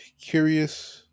curious